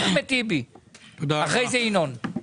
אחמד טיבי ואחריו ינון.